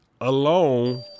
alone